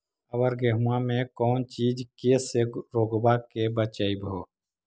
अबर गेहुमा मे कौन चीज के से रोग्बा के बचयभो?